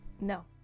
No